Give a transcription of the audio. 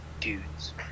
dudes